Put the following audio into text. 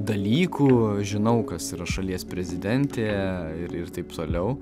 dalykų žinau kas yra šalies prezidentė ir taip toliau